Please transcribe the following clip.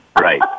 Right